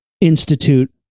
Institute